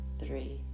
three